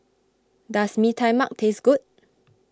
does Mee Tai Mak taste good